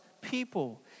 people